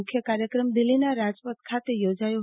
મુખ્ય કાર્યક્રમ દિલ્હીના રાજપથ ખાતે યોજાયો